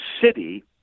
city